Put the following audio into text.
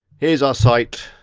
here's our site.